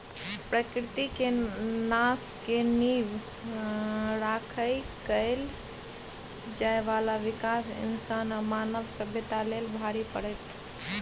प्रकृति के नाश के नींव राइख कएल जाइ बाला विकास इंसान आ मानव सभ्यता लेल भारी पड़तै